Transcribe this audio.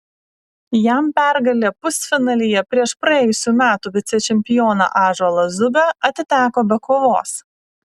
jam pergalė pusfinalyje prieš praėjusių metų vicečempioną ąžuolą zubę atiteko be kovos